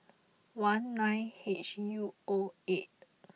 one nine H U O eight